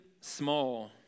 small